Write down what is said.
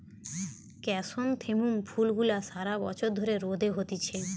chrysanthemum ফুল গুলা সারা বছর ধরে রোদে হতিছে